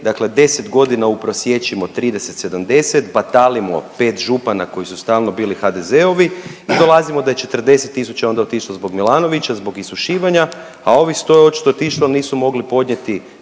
dakle 10 godina uprosječimo 30-70, batalimo 5 župana koji su stalno bili HDZ-ovi i dolazimo da je 40 tisuća onda otišlo zbog Milanovića, zbog isušivanja, a ovih 100 je očito otišlo jer nisu mogli podnijeti